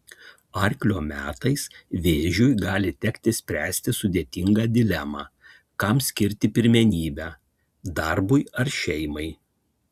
arklio metais vėžiui gali tekti spręsti sudėtingą dilemą kam skirti pirmenybę darbui ar šeimai